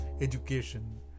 education